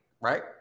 right